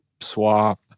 swap